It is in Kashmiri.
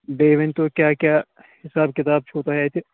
بیٚیہِ ؤنۍ تو کیٛاہ کیٛاہ حِساب کِتاب چھُو تۄہہِ اَتہِ